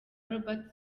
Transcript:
robert